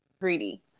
greedy